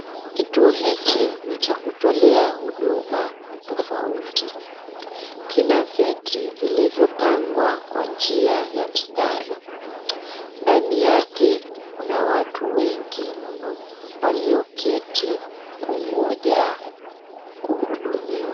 Kituo hichi ni cha kutolea huduma tofauti. Kina viti vilivyopangwa kwa njia ya mstari. Ndani yake kuna watu wengi mno walioketi kungoja kuhudumiwa.